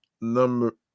number